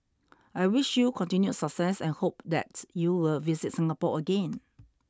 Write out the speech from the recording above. I wish you continued success and hope that you will visit Singapore again